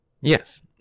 yes